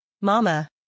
Mama